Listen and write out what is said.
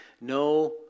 no